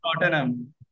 Tottenham